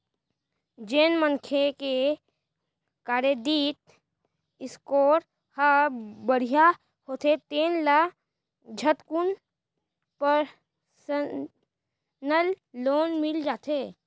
जेन मनखे के करेडिट स्कोर ह बड़िहा होथे तेन ल झटकुन परसनल लोन मिल जाथे